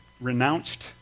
renounced